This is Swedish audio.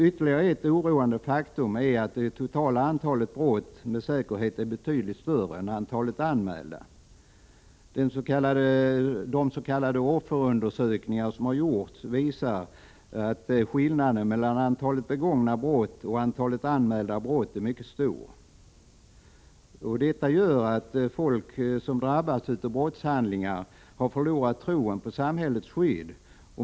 Ytterligare ett oroande faktum är att det totala antalet brott med säkerhet är betydligt större än antalet anmälda brott. De s.k. offerundersökningar som har gjorts visar att skillnaden mellan antalet begångna brott och antalet anmälda brott är mycket stor. Detta gör att folk som drabbas av brottshandlingar förlorar tron på samhällets skydd.